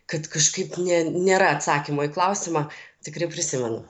kad kažkaip ne nėra atsakymo į klausimą tikrai prisimenu